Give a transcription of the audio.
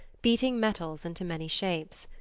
beating metals into many shapes.